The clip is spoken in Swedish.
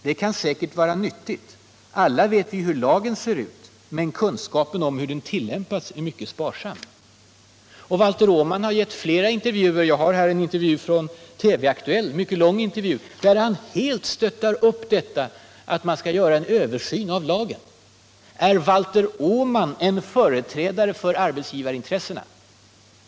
Det kan säkert vara nyttigt. Alla vet vi hur lagen ser ut. Men kunskapen om hur den tillämpas är mycket sparsam.” Valter Åman har givit flera intervjuer. Jag har här en utskrift av en mycket lång intervju från TV-Aktuellt, där han helt stöder tanken på en översyn av lagen. Är Valter Åman en företrädare för arbetsgivarintressena?